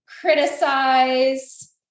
criticize